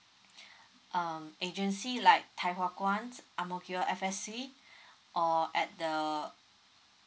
um agency like thye hua kwan ang mo kio F S C or at the